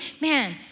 man